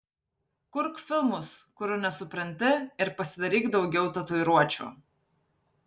kurk filmus kurių nesupranti ir pasidaryk daugiau tatuiruočių